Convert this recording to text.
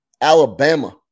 Alabama